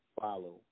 follow